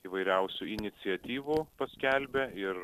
įvairiausių iniciatyvų paskelbė ir